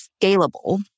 scalable